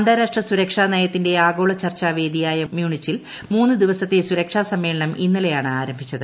അന്താരാഷ്ട്ര സുരക്ഷാ നയത്തിന്റെ ആഗോള ചർച്ചാ വേദിയായ മ്യൂണിച്ചിൽ മൂന്ന് ദിവസത്തെ സുരക്ഷാ സമ്മേളനം ഇന്നലെയാണ് ആരംഭിച്ചത്